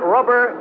Rubber